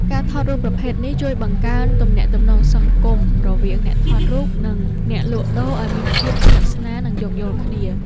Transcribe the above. ការថតរូបប្រភេទនេះជួយបង្កើនទំនាក់ទំនងសង្គម រវាងអ្នកថតរូប និងអ្នកលក់ដូរឱ្យមានភាពស្និទ្ធស្នាល និងយោគយល់គ្នា។